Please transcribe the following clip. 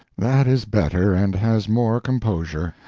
that is better and has more composure.